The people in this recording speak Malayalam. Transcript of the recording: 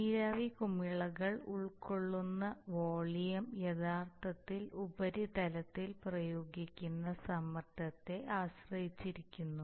നീരാവി കുമിളകൾ ഉൾക്കൊള്ളുന്ന വോളിയം യഥാർത്ഥത്തിൽ ഉപരിതലത്തിൽ പ്രയോഗിക്കുന്ന സമ്മർദ്ദത്തെ ആശ്രയിച്ചിരിക്കുന്നു